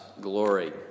glory